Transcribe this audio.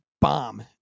bomb